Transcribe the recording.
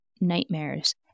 nightmares